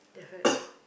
definitely